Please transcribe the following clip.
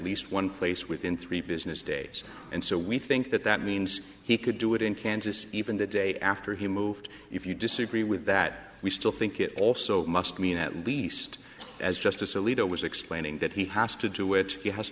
least one place within three business days and so we think that that means he could do it in kansas even the day after he moved if you disagree with that we still think it also must mean at least as justice alito was explaining that he has to do